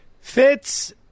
Fitz